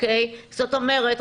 זאת אומרת,